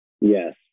Yes